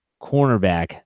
cornerback